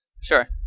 Sure